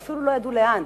הם אפילו לא ידעו לאן.